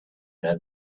that